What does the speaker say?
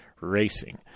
racing